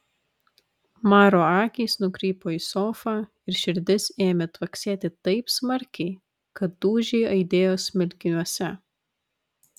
maro akys nukrypo į sofą ir širdis ėmė tvaksėti taip smarkiai kad dūžiai aidėjo smilkiniuose